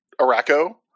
Araco